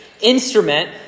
instrument